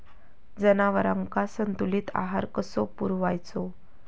जनावरांका संतुलित आहार कसो पुरवायचो?